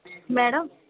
madam